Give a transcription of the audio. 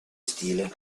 stile